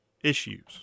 issues